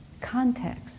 context